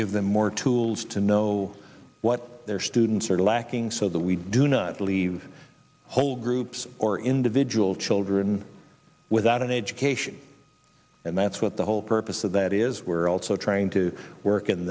give them more tools to know what their students are lacking so that we do not leave whole groups or individuals children without an education and that's what the whole purpose of that is we're also trying to work in